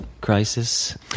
crisis